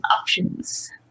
options